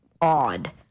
odd